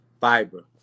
Fiber